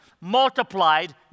multiplied